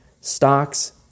stocks